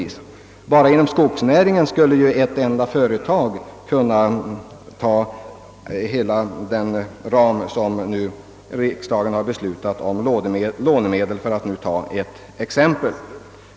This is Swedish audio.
Enbart inom skogsnäringen skulle ju ett enda företag kunna ta i anspråk hela den ram för lånemedel som riksdagen beslutat om.